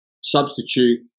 substitute